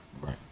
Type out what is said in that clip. right